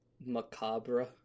Macabre